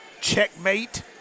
Checkmate